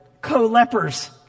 co-lepers